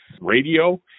radio